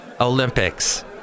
Olympics